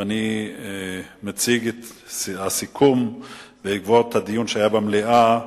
ואני מציג את הסיכום בעקבות הדיון שהיה במליאה